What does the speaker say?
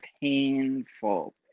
painful